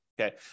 Okay